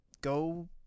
go